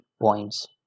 points